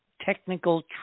technical